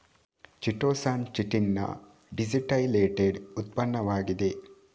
chitosan chitin ನ deacetylated ಉತ್ಪನ್ನವಾಗಿದೆ